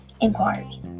inquiry